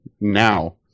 now